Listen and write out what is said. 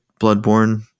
Bloodborne